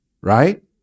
right